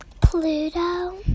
Pluto